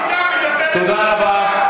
תודה רבה.